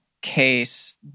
case